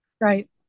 Right